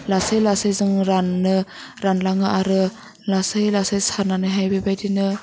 लासै लासै जों रानो रानलाङो आरो लासै लासै सारनानैहाय बेबायदिनो